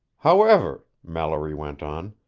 however, mallory went on,